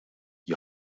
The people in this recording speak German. die